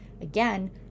Again